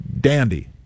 dandy